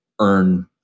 earn